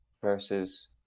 versus